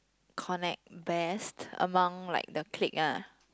connect best among like the clique ah